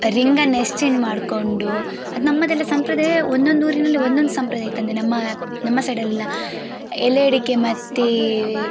ರಿಂಗನ್ನು exchange ಮಾಡ್ಕೊಂಡು ಅದು ನಮ್ಮದೆಲ್ಲ ಸಂಪ್ರದಾಯ ಒಂದೊಂದು ಊರಿನಲ್ಲಿ ಒಂದೊಂದು ಸಂಪ್ರದಾಯ ಇತ್ತಂದೆ ನಮ್ಮ ನಮ್ಮ ಸೈಡಲ್ಲೆಲ್ಲ ಎಲೆ ಅಡಿಕೆ ಮತ್ತೆ